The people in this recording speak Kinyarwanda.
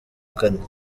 kane